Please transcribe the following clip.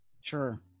Sure